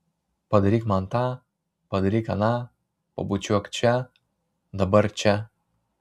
padaryk man tą padaryk aną pabučiuok čia dabar čia